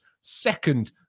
second